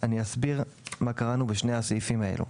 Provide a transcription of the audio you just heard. אסביר מה קראנו בשני הסעיפים האלו,